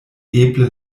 eble